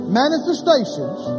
manifestations